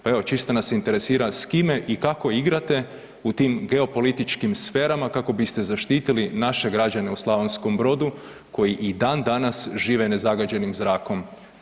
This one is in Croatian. Pa evo čisto nas interesira s kime i kako igrate u tim geopolitičkim sferama kako biste zaštitili naše građane u Slavonskom Brodu koji i dan danas žive ne zagađenim zrakom?